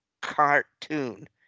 cartoon